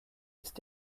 ist